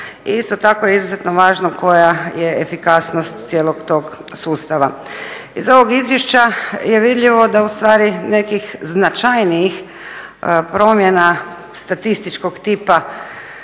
isto tako je izuzetno važno koja je efikasnost cijelog tog sustava. Iz ovog izvješća je vidljivo da ustvari nekih značajnijih promjena statističkog tipa